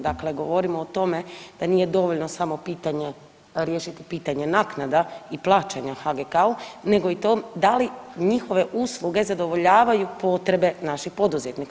Dakle, govorimo o tome da nije dovoljno samo pitanje, riješiti pitanje naknada i plaćanja HGK-u nego i tom da li njihove usluge zadovoljavaju potrebe naših poduzetnika.